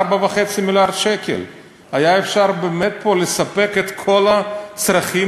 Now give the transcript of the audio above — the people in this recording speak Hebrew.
ב-4.5 מיליארד שקל היה אפשר באמת לספק פה את כל הצרכים,